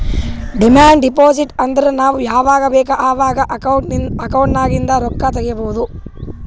demand deposit ಅಂದುರ್ ನಾವ್ ಯಾವಾಗ್ ಬೇಕ್ ಅವಾಗ್ ಅಕೌಂಟ್ ನಾಗಿಂದ್ ರೊಕ್ಕಾ ತಗೊಬೋದ್